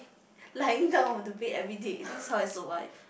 lying down on the bed everyday is this how I survive